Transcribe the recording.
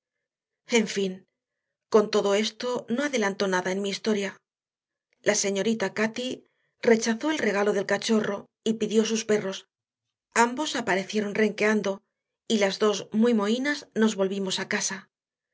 en fin con todo esto no adelanto nada en mi historia la señorita cati rechazó el regalo del cachorro y pidió sus perros ambos aparecieron renqueando y las dos muy mohínas nos volvimos a casa